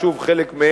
שוב,